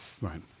right